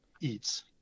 eats